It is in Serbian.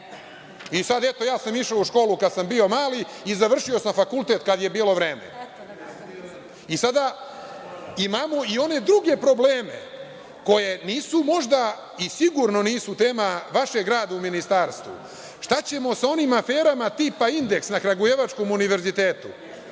Sad, eto, ja sam išao u školu kada sam bio mali i završio sam fakultet kada je bilo vreme. Sada, imamo i one druge probleme koji nisu možda i sigurno nisu tema vašeg rada u ministarstvu. Šta ćemo sa onim aferama, tipa, indeks na Kragujevačkom Univerzitetu